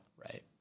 Right